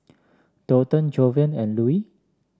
Daulton Jovan and Lue